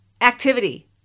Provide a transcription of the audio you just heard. activity